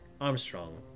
Armstrong